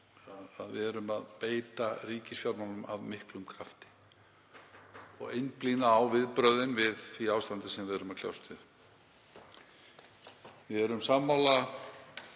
að við beitum ríkisfjármálunum af miklum krafti og einblínum á viðbrögðin við því ástandi sem við erum að kljást við. Við erum sammála